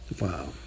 Wow